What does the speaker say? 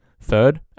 third